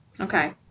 Okay